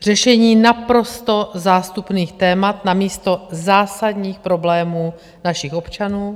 Řešení naprosto zástupných témat namísto zásadních problémů našich občanů.